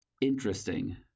interesting